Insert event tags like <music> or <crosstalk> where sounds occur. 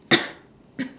<coughs>